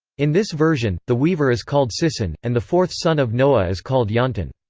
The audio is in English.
in this version, the weaver is called sisan, and the fourth son of noah is called yonton.